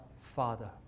Father